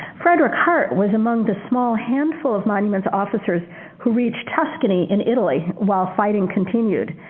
frederick hartt was among the small handful of monuments officers who reached tuscany in italy while fighting continued.